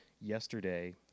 yesterday